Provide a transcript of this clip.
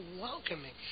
welcoming